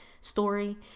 story